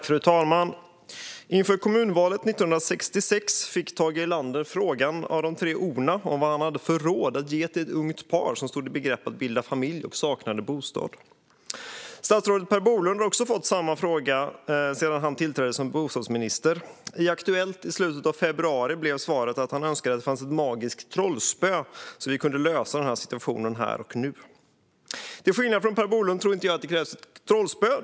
Fru talman! Inför kommunvalet 1966 fick Tage Erlander frågan av de tre O:na om vilka råd han hade att ge till ett ungt par som stod i begrepp att bilda familj och saknade bostad. Statsrådet Per Bolund har också fått samma fråga sedan han tillträdde som bostadsminister. I Aktuellt i slutet av februari blev svaret att han önskade att det fanns ett magiskt trollspö så att vi kunde lösa situationen här och nu. Till skillnad från Per Bolund tror jag inte att det krävs ett trollspö.